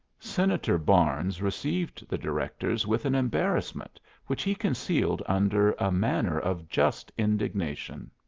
senator barnes received the directors with an embarrassment which he concealed under a manner of just indignation.